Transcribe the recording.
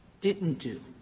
didn't do?